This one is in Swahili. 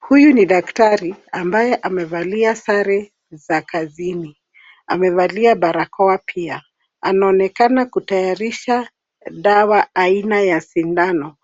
Huyu ni daktari ambaye amevalia sare za kazini. Amevalia barakoa pia. Anaonekana kutayarisha dawa aina ya sindano.